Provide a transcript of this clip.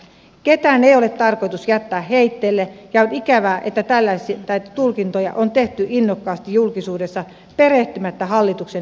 ketään ei ole tarkoitus jättää heitteille ja on ikävää että tällaisia tulkintoja on tehty innokkaasti julkisuudessa perehtymättä hallituksen esitykseen tarkemmin